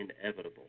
inevitable